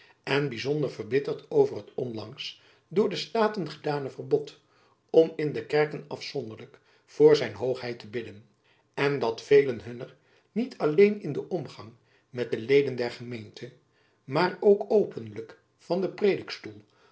en byzonder verbitterd over het onlangs door de staten gedane verbod om in de kerken afzonderlijk voor zijn hoogheid te bidden en dat velen hunner niet alleen in den omgang met de leden der gemeente maar ook openlijk van den